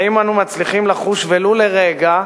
האם אנחנו מצליחים לחוש, ולו לרגע,